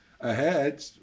ahead